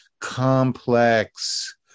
complex